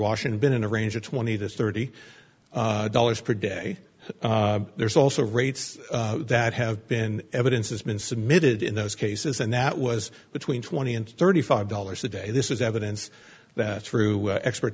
washington been in a range of twenty to thirty dollars per day there's also rates that have been evidence has been submitted in those cases and that was between twenty and thirty five dollars a day this is evidence that through expert